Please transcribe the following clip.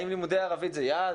האם לימודי ערבית זה יעד?